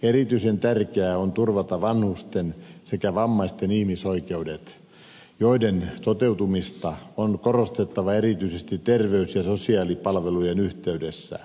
erityisen tärkeää on turvata vanhusten sekä vammaisten ihmisoikeudet joiden toteutumista on korostettava erityisesti terveys ja sosiaalipalveluiden yhteydessä